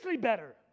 better